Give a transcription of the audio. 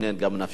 גם נפשית,